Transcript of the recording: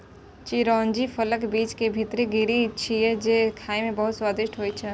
चिरौंजी फलक बीज के भीतर गिरी छियै, जे खाइ मे बहुत स्वादिष्ट होइ छै